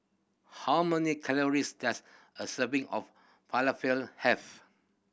how many calories does a serving of Falafel have